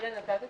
אתה תציג?